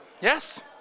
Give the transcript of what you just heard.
Yes